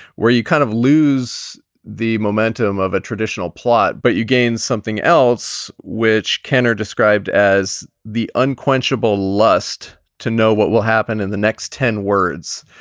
where you kind of lose the momentum of a traditional plot, but you gain something else, which kanner described as the unquenchable lust to know what will happen in the next ten words.